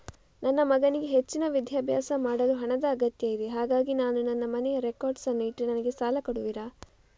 ನನ್ನ ಮಗನಿಗೆ ಹೆಚ್ಚಿನ ವಿದ್ಯಾಭ್ಯಾಸ ಮಾಡಲು ಹಣದ ಅಗತ್ಯ ಇದೆ ಹಾಗಾಗಿ ನಾನು ನನ್ನ ಮನೆಯ ರೆಕಾರ್ಡ್ಸ್ ಅನ್ನು ಇಟ್ರೆ ನನಗೆ ಸಾಲ ಕೊಡುವಿರಾ?